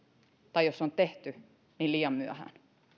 tai jos on tehty niin liian myöhään